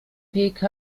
pkw